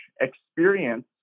experience